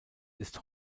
ist